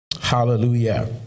Hallelujah